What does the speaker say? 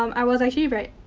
um i was actually very.